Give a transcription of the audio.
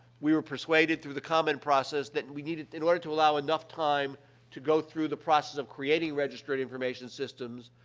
we were persuaded through the comment process that we needed in order to allow enough time to go through the process of creating registered information systems,